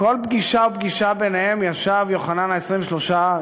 בכל פגישה ופגישה ביניהם ישב יוחנן ה-23,